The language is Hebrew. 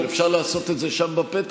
אפשר לעשות את זה שם בפתח.